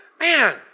man